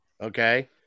okay